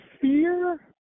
fear